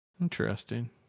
Interesting